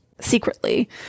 secretly